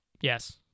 Yes